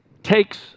takes